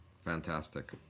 Fantastic